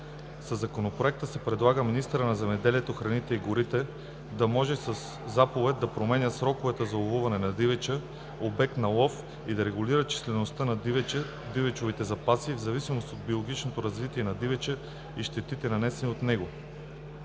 Със Законопроекта се предлага министърът на земеделието, храните и горите да може със заповед да променя сроковете за ловуване на дивеч – обект на лов, и да регулира числеността на дивечовите запаси в зависимост от биологичното развитие на дивеча и щетите, нанесени от него.